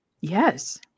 yes